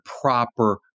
proper